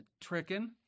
Tricking